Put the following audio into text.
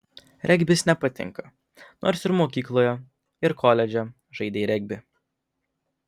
regbis nepatinka nors ir mokykloje ir koledže žaidei regbį